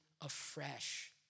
afresh